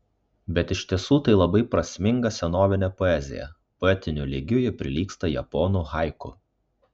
bet iš tiesų tai labai prasminga senovinė poezija poetiniu lygiu ji prilygsta japonų haiku